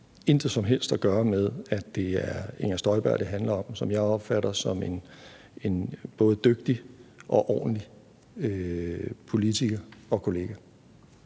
det her intet som helst har at gøre med, at det er Inger Støjberg, det handler om, som jeg opfatter som en både dygtig og ordentlig politiker og kollega.